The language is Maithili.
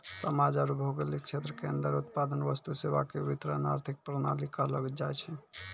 समाज आरू भौगोलिक क्षेत्र के अन्दर उत्पादन वस्तु सेवा के वितरण आर्थिक प्रणाली कहलो जायछै